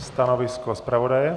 Stanovisko zpravodaje?